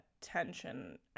tension